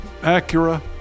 Acura